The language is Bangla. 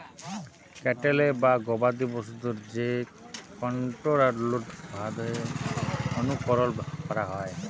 ক্যাটেল বা গবাদি পশুদের যে কনটোরোলড ভাবে অনুকরল ক্যরা হয়